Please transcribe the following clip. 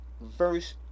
verse